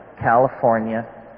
California